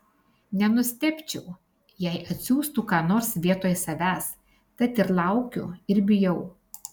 nenustebčiau jei atsiųstų ką nors vietoj savęs tad ir laukiu ir bijau